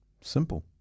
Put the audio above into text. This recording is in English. Simple